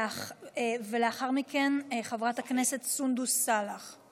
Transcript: לאחר מכן, חברת הכנסת סונדוס סאלח.